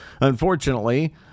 unfortunately